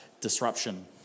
disruption